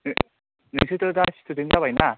नोंसोरथ' दा स्थुदेन्थ जाबायना